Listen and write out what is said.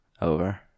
Over